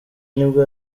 nibwo